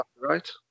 right